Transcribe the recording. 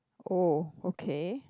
oh okay